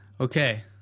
Okay